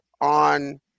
on